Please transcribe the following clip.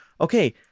okay